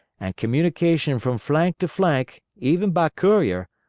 and communication from flank to flank, even by courier,